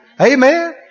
Amen